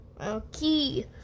Okay